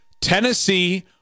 Tennessee